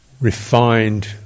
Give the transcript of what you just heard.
refined